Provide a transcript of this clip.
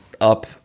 up